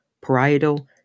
parietal